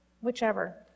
Whichever